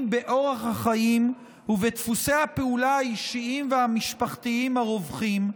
באורח החיים ובדפוסי הפעולה האישיים והמשפחתיים הרווחים,